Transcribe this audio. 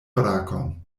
brakon